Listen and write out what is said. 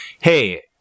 Hey